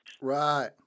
Right